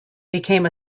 became